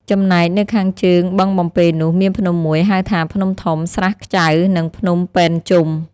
ចំណែកនៅខាងជើងបឹងបំពេនោះ មានភ្នំមួយ ហៅថា ភ្នំធំ ស្រះខ្ចៅ និងភ្នំពេនជុំ ។